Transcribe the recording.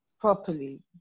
properly